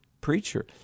preacher